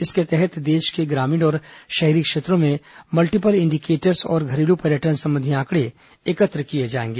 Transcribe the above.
इसके तहत देश के ग्रामीण और शहरी क्षेत्रों में मल्टी पल इंडीकेटर्स और घरेलू पर्यटन संबंधी आंकड़े एकत्र किए जाएंगे